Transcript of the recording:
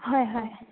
হয় হয়